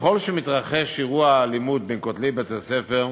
ככל שמתרחש אירוע אלימות בין כותלי בית-ספר,